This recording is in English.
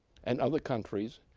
and other countries,